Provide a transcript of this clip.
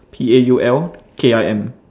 P A U L K I M